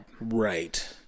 Right